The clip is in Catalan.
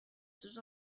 tots